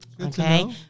Okay